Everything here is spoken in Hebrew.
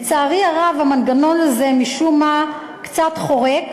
לצערי הרב, המנגנון הזה משום מה קצת חורק.